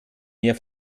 mehr